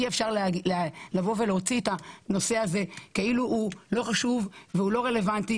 אי אפשר להוציא את הנושא הזה כאילו הוא לא חשוב והוא לא רלוונטי